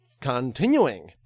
Continuing